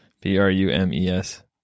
B-R-U-M-E-S